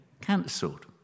cancelled